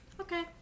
Okay